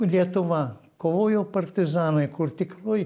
lietuva kovojo partizanai kur tikrai